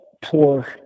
poor